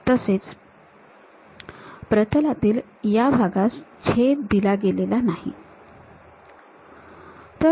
तसेच प्रतलातील या भागास छेद दिला गेलेला नाही आहे